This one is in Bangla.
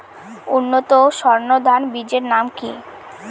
উন্নত সর্ন ধান বীজের নাম কি?